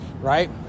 right